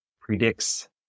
predicts